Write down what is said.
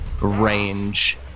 range